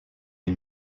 les